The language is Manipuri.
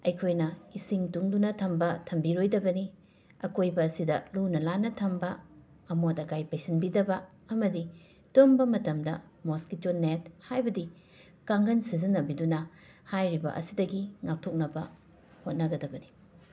ꯑꯩꯈꯣꯏꯅ ꯏꯁꯤꯡ ꯇꯨꯡꯗꯨꯅ ꯊꯝꯕ ꯊꯝꯕꯤꯔꯣꯏꯗꯕꯅꯤ ꯑꯀꯣꯏꯕꯁꯤꯗ ꯂꯨꯅ ꯅꯥꯟꯅ ꯊꯝꯕ ꯑꯃꯣꯠ ꯑꯀꯥꯏ ꯄꯩꯁꯤꯟꯕꯤꯗꯕ ꯑꯃꯗꯤ ꯇꯨꯝꯕ ꯃꯇꯝꯗ ꯃꯣꯁꯀꯤꯇꯣ ꯅꯦꯠ ꯍꯥꯏꯕꯗꯤ ꯀꯥꯡꯈꯟ ꯁꯤꯖꯤꯟꯅꯕꯤꯗꯨꯅ ꯍꯥꯏꯔꯤꯕ ꯑꯁꯤꯗꯒꯤ ꯉꯥꯛꯊꯣꯛꯅꯕ ꯍꯣꯠꯅꯒꯗꯕꯅꯤ